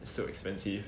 so expensive